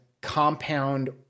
compound